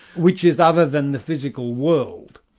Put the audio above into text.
which is other than the physical world.